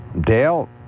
Dale